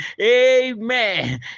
Amen